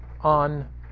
on